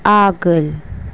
आगोल